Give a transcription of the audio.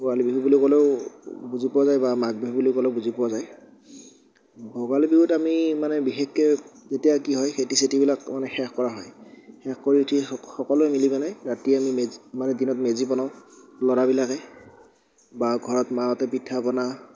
ভোগালী বিহু বুলি ক'লেও বুজি পোৱা যায় বা মাঘ বিহু বুলি ক'লেও বুজি পোৱা যায় ভোগালী বিহুত আমি মানে বিশেষকৈ তেতিয়া কি হয় খেতি চেতিবিলাক মানে শেষ কৰা হয় শেষ কৰি উঠি সকলোৱে মিলি মানে ৰাতি আমি মেজি মানে দিনত মেজি বনাওঁ ল'ৰাবিলাকে বা ঘৰত মাঁহতে পিঠাপনা